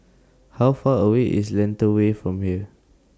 How Far away IS Lentor Way from here